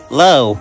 low